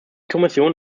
kommission